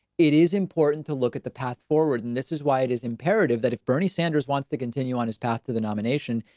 it is important to look at the path forward and this is why it is imperative that if bernie sanders wants to continue on his path to the nomination,